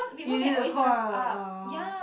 you need to call a uh